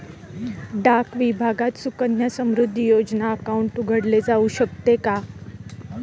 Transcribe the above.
डाक विभागात सुकन्या समृद्धी योजना अकाउंट उघडले जाऊ शकते का?